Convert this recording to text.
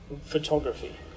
photography